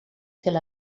tel